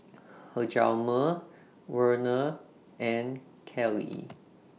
Hjalmer Werner and Kelley